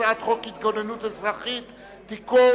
הצעת חוק ההתגוננות האזרחית (תיקון,